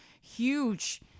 huge